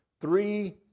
three